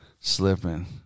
slipping